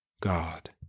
God